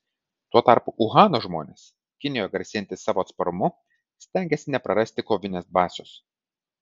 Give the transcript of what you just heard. tuo tarpu uhano žmonės kinijoje garsėjantys savo atsparumu stengiasi neprarasti kovinės dvasios